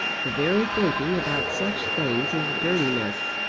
the very thinking about such things is dirtiness!